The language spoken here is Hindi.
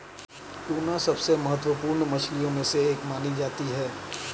टूना सबसे महत्त्वपूर्ण मछलियों में से एक मानी जाती है